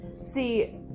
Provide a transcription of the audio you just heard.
See